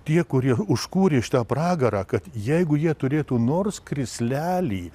tie kurie užkūrė šitą pragarą kad jeigu jie turėtų nors krislelį